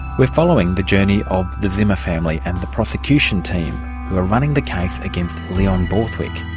we're following the journey of the zimmer family and the prosecution team who are running the case against leon borthwick,